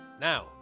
Now